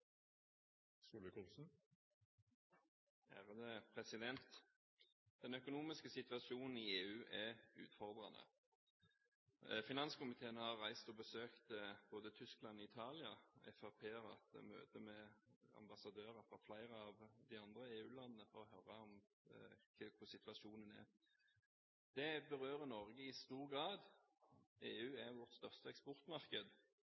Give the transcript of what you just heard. utfordrende. Finanskomiteen har reist og besøkt både Tyskland og Italia. Fremskrittspartiet har hatt møter med ambassadører fra flere av de andre EU-landene for å høre hvordan situasjonen er. Dette berører Norge i stor grad.